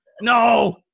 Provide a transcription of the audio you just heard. No